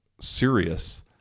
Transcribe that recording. serious